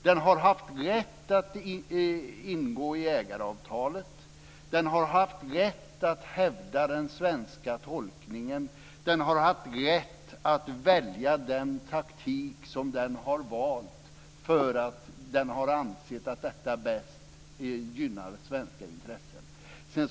Den har haft rätt att ingå ägaravtalet, den har haft rätt att hävda den svenska tolkningen och den har haft rätt att välja den taktik som den har valt för att den har ansett att detta bäst gynnar svenska intressen.